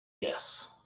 Yes